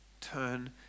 turn